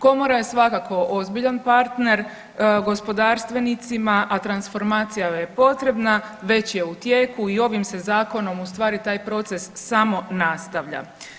Komora je svakako ozbiljan partner gospodarstvenicima, a transformacija joj je potrebna već je u tijeku i ovim se zakonom u stvari taj proces samo nastavlja.